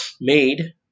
made